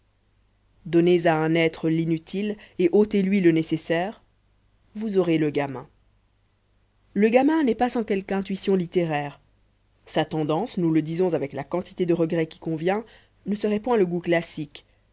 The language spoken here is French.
donnez à un être l'inutile et ôtez-lui le nécessaire vous aurez le gamin le gamin n'est pas sans quelque intuition littéraire sa tendance nous le disons avec la quantité de regret qui convient ne serait point le goût classique